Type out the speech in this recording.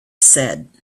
said